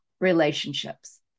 relationships